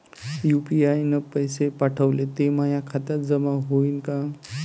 UPI न पैसे पाठवले, ते माया खात्यात जमा होईन का?